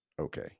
okay